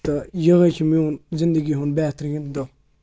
تہٕ یِہوٚے چھُ میون زِندگی ہُنٛد بہتریٖن دۄہ